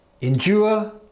endure